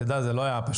שתדע, זה לא היה פשוט.